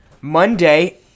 Monday